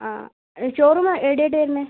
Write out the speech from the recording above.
ആ ഷോറൂം എവിടെയായിട്ടാണ് വരുന്നത്